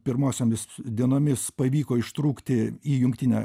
pirmosiomis dienomis pavyko ištrūkti į jungtinę